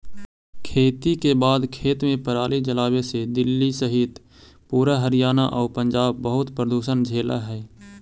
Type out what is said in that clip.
खेती के बाद खेत में पराली जलावे से दिल्ली सहित पूरा हरियाणा आउ पंजाब बहुत प्रदूषण झेलऽ हइ